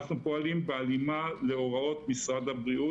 אנחנו פועלים בהלימה להוראות משרד הבריאות